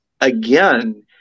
Again